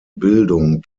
bildung